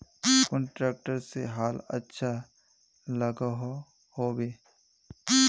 कुन ट्रैक्टर से हाल अच्छा लागोहो होबे?